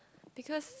because